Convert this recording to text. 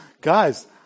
Guys